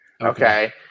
Okay